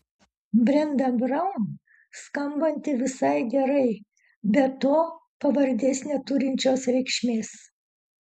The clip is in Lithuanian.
brenda braun skambanti visai gerai be to pavardės neturinčios reikšmės